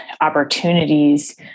opportunities